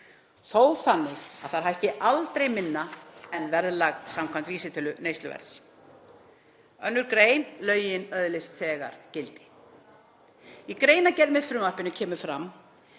þó þannig að þær hækki aldrei minna en verðlag samkvæmt vísitölu neysluverðs. 2. gr. Lög þessi öðlast þegar gildi.“ Í greinargerð með frumvarpinu kemur fram